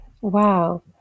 Wow